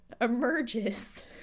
emerges